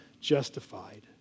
justified